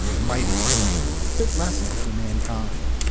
mighty words, fit lesson for mankind!